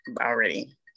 already